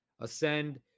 ascend